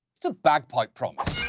that's a bagpipe promise.